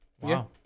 Wow